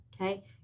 okay